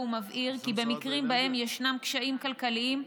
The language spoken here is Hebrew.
הוא מבהיר כי במקרים שבהם ישנם קשיים כלכליים,